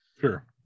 sure